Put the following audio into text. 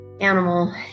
animal